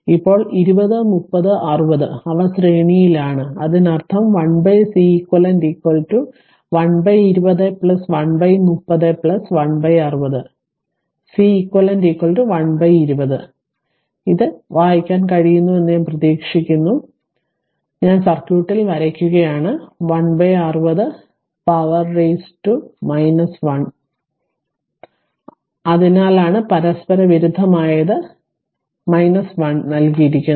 ഇപ്പോൾ 20 30 60 അവ ശ്രേണിയിലാണ് അതിനർത്ഥം 1 Ceq 120 130 160 Ceq 120 ഇത് വായിക്കാൻ കഴിയുന്ന പ്രതീക്ഷിക്കുന്നു ഞാൻ സർക്യൂട്ടിൽ വരയ്ക്കുന്നു 160 പവർ 1 അതിനാലാണ് പരസ്പരവിരുദ്ധമായത് 1 നൽകിയിരിക്കുന്നു